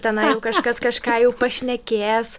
tenai kažkas kažką jau pašnekės